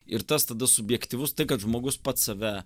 ir tas tada subjektyvus tai kad žmogus pats save